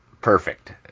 Perfect